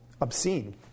obscene